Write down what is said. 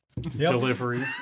Delivery